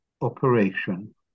operation